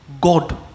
God